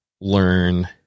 learn